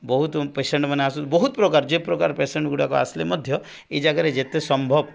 ବହୁତ ପେସେଣ୍ଟ୍ମାନେ ଆସୁଛନ୍ତି ବହୁତ ପ୍ରକାର ଯେଉଁ ପ୍ରକାର ପେସେଣ୍ଟ୍ଗୁଡ଼ାକ ଆସିଲେ ମଧ୍ୟ ଏଇ ଜାଗାରେ ଯେତେ ସମ୍ଭବ